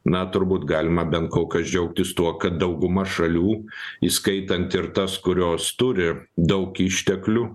na turbūt galima bent kol kas džiaugtis tuo kad dauguma šalių įskaitant ir tas kurios turi daug išteklių